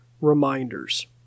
reminders